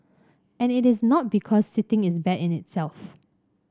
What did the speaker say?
and it is not because sitting is bad in itself